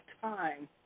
time